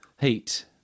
Heat